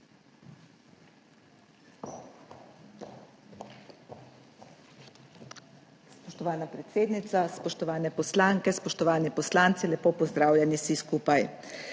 Spoštovana predsednica, spoštovane poslanke, spoštovani poslanci, lepo pozdravljeni vsi skupaj!